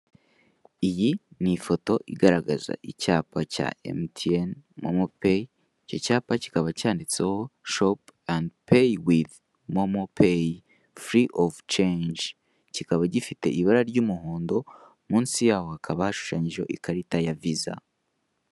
Iyi ni ifoto igaragaza icyapa cya emutiyene momopayi, iki cyapa kikaba cyanditseho shopo andi payi wivu momopayi, furi ofu cenji. Kikaba gifite ibara ry'umuhondo munsi yaho hakaba hashushanyijeho ikarita ya viza.